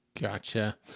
Gotcha